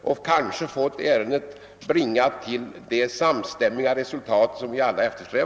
Därmed kanske vi kunde vinna det resultat som vi alla siktar till.